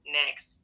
next